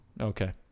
Okay